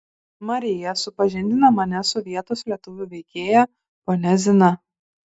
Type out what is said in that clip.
marija supažindina mane su vietos lietuvių veikėja ponia zina